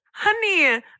Honey